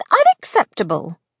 unacceptable